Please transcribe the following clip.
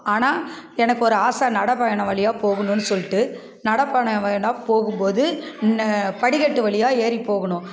ஆனால் எனக்கு ஒரு ஆசை நடைப்பயணம் வழியாக போகணும்னு சொல்லிடு நடைப்பயணம் வயலாக போகும்போது இந்த படிக்கட்டு வழியாக ஏறி போகணும்